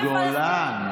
פוגעים בפלסטינים.